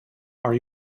are